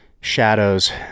shadows